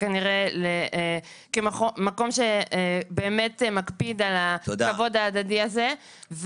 כמקום שבאמת מקפיד על הכבוד ההדדי הזה.